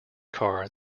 car